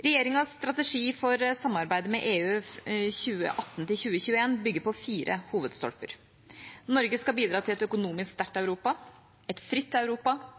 Regjeringas strategi for samarbeidet med EU 2018 til 2021 bygger på fire hovedstolper: Norge skal bidra til et økonomisk sterkt Europa, et fritt Europa,